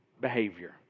behavior